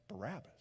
Barabbas